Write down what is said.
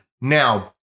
now